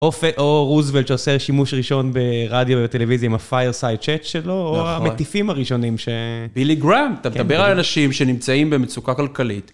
או רוזוול שעושה שימוש ראשון ברדיו ובטלוויזיה עם הפייר סייט שייט שלו, או המטיפים הראשונים ש... בילי גראם, אתה מדבר על אנשים שנמצאים במצוקה כלכלית.